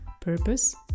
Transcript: purpose